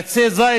עצי זית